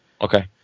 Okay